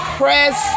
press